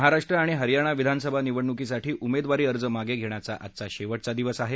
महाराष्ट्र आणि हरयाणा विधानसभा निवडणुकीसाठी उमेदवारी अर्ज मागे घेण्याचा आज शेवटचा दिवस आहे